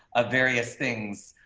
a various things.